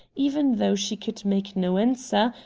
even though she could make no answer,